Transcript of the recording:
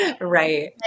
Right